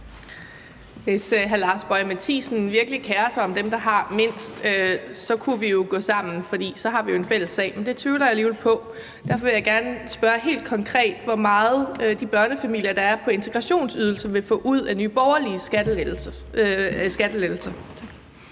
Hvis hr. Lars Boje Mathiesen virkelig kerer sig om dem, der har mindst, kunne vi gå sammen, for så har vi jo en fælles sag, men det tvivler jeg alligevel på. Derfor vil jeg gerne spørge helt konkret: Hvor meget vil de børnefamilier, der er på integrationsydelse, få ud af Nye Borgerliges skattelettelser?